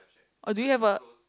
or do you have a